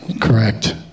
Correct